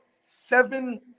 seven